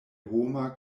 homa